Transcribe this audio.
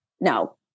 No